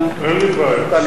אין לי בעיה.